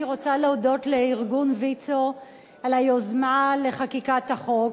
אני רוצה להודות לארגון ויצו על היוזמה לחקיקת החוק,